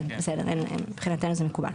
כן, בסדר מבחינתנו זה מקובל.